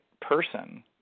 person